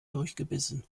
durchgebissen